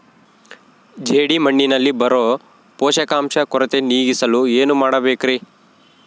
ಜೇಡಿಮಣ್ಣಿನಲ್ಲಿ ಬರೋ ಪೋಷಕಾಂಶ ಕೊರತೆ ನೇಗಿಸಲು ಏನು ಮಾಡಬೇಕರಿ?